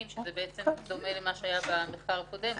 שזה בעצם דומה למה שהיה במחקר הקודם.